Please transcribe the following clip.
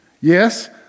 yes